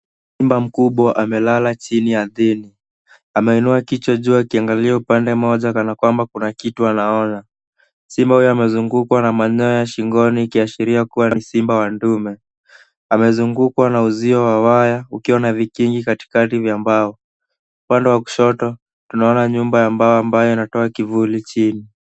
Simba mkubwa amelala chini ardhini. Ameinua kichwa juu akiangalia upande moja kana kwamba kuna kitu anaona. Simba huyo amezungukwa na manyoya shingoni ikiashiria kuwa ni simba wa ndume. Amezungukwa na uzio wa waya ukiwa na vikingi katikati vya mbao. Upande wa kushoto tunaona nyumba ya mbao ambayo inatoa kivuli chini.